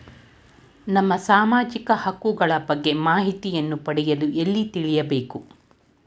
ನಮ್ಮ ಸಾಮಾಜಿಕ ಹಕ್ಕುಗಳ ಬಗ್ಗೆ ಮಾಹಿತಿಯನ್ನು ಪಡೆಯಲು ಎಲ್ಲಿ ತಿಳಿಯಬೇಕು?